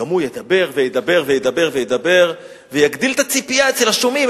גם הוא ידבר וידבר וידבר ויגדיל את הציפייה אצל השומעים.